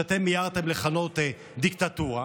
שאתם מיהרתם לכנות דיקטטורה,